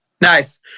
Nice